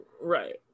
right